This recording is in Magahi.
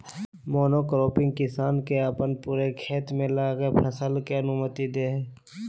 मोनोक्रॉपिंग किसान के अपने पूरे खेत में लगातार फसल के अनुमति दे हइ